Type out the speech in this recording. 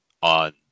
on